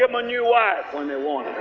um new wife when they want